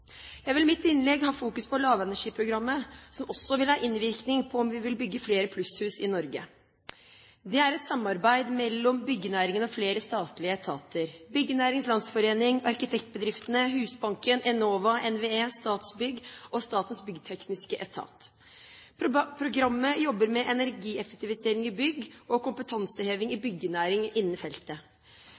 Jeg vil i mitt innlegg fokusere på lavenergiprogrammet, som også vil ha innvirkning på om vi vil bygge flere plusshus i Norge. Det er et samarbeid mellom byggenæringen og flere statlige etater. De som er med, er Byggenæringens Landsforening, Arkitektbedriftene, Husbanken, Enova, NVE, Statsbygg og Statens byggtekniske etat. Programmet jobber med energieffektivisering i bygg og kompetanseheving i byggenæringen innen feltet.